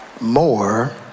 more